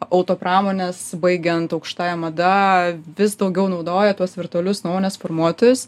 autopramonės baigiant aukštąja mada vis daugiau naudoja tuos virtualius nuomonės formuotojus